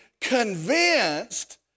convinced